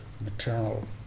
maternal